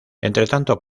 entretanto